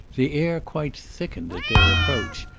the air quite thickened, at their approach,